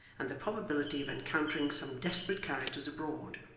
and the probability of encountering some desperate characters abroad.